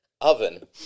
oven